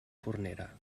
fornera